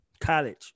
college